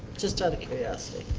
just out of curiosity?